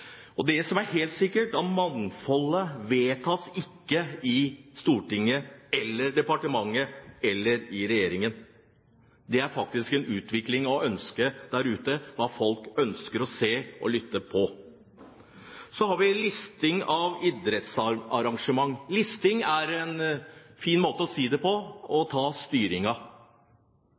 framover? Det som er helt sikkert, er at mangfoldet vedtas ikke i Stortinget eller i departementet eller i regjeringen. Det er faktisk en utvikling der ute når det gjelder hva folk ønsker å se og lytte på. Så har vi listing av idrettsarrangement. Listing er en fin måte å si det å ta styringen på.